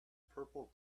purple